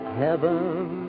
heaven